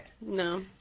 no